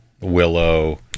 willow